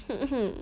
hmm hmm